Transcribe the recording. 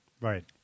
Right